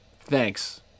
Thanks